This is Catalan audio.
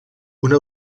una